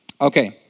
Okay